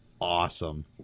awesome